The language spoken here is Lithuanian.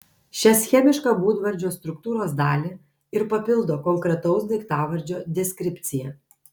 šią schemišką būdvardžio struktūros dalį ir papildo konkretaus daiktavardžio deskripcija